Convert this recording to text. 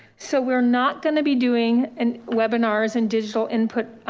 so we're not gonna be doing an webinars and digital input